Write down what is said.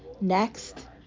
Next